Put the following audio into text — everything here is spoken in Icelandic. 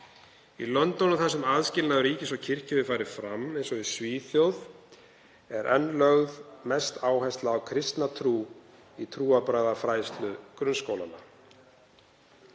Í löndum þar sem aðskilnaður ríkis og kirkju hefur farið fram, eins og í Svíþjóð, er enn lögð mest áhersla á kristna trú í trúarbragðafræðslu grunnskólanna.